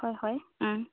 হয় হয়